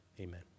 amen